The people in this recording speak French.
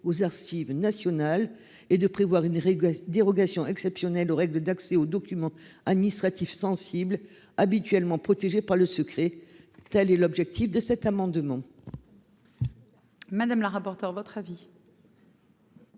aux archives nationales et de prévoir une règle dérogation exceptionnelle aux règles d'accès aux documents administratifs sensibles habituellement protégés par le secret. Telle est l'objectif de cet amendement. Madame la rapporteure votre avis.